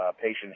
patient